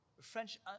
French